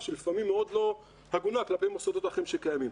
שגם לפעמים מאוד לא הגונה כלפי מוסדות אחרים קיימים.